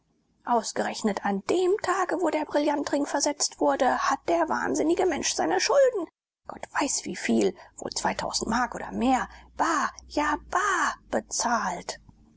ausgerechnet an dem tage wo der brillantring versetzt wurde hat der wahnsinnige mensch seine schulden gott weiß wie viel wohl mark oder mehr bar ja bar bezahlt